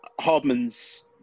Hardman's